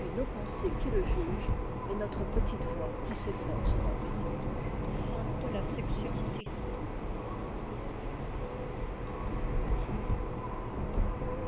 nos pensées qui le jugent et notre petite voix qui s'efforce d'en parler ift l